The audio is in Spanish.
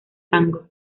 tango